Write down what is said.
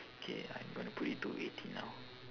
K I'm gonna put it to eighteen now